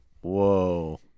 Whoa